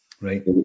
Right